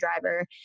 driver